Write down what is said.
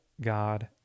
God